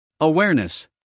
Awareness